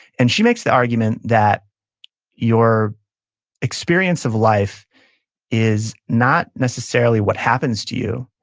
and she makes the argument that your experience of life is not necessarily what happens to you.